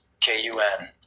K-U-N